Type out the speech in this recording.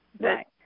Right